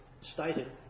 stated